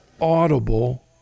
audible